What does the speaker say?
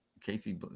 Casey